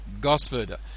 Gosford